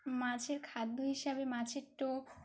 মাছের খাদ্য হিসাবে মাছের টোপ